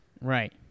Right